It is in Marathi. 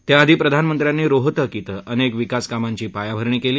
त्याआधी प्रधानमंत्र्यांनी रोहतक श्वीं अनेक विकास कामांची पायाभरणी केली